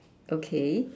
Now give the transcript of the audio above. okay